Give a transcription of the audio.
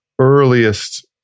earliest